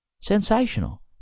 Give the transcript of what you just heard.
Sensational